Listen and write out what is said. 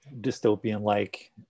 dystopian-like